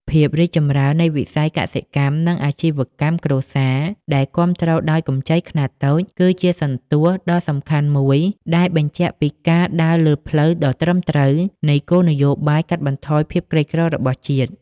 ភាពរីកចម្រើននៃវិស័យកសិកម្ម និងអាជីវកម្មគ្រួសារដែលគាំទ្រដោយកម្ចីខ្នាតតូច គឺជាសន្ទស្សន៍ដ៏សំខាន់មួយដែលបញ្ជាក់ពីការដើរលើផ្លូវដ៏ត្រឹមត្រូវនៃគោលនយោបាយកាត់បន្ថយភាពក្រីក្ររបស់ជាតិ។